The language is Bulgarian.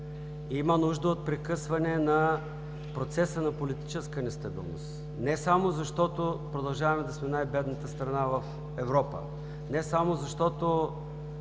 има нужда от прекъсване на процеса на политическа нестабилност не само защото продължаваме да сме най-бедната страна в Европа, не само защото